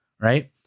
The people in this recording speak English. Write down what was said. right